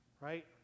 right